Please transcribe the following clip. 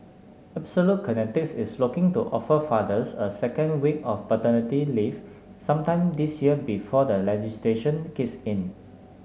Absolute Kinetics is looking to offer fathers a second week of paternity leave sometime this year before legislation kicks in